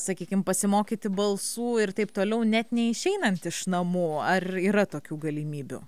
sakykim pasimokyti balsų ir taip toliau net neišeinant iš namų ar yra tokių galimybių